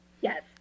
Yes